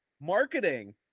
Marketing